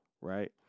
right